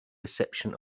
reception